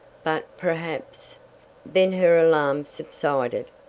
but perhaps then her alarm subsided.